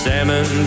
Salmon